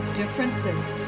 differences